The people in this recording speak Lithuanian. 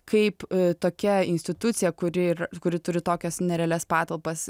kaip tokia institucija kuri ir kuri turi tokias nerealias patalpas